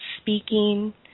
speaking